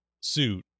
suit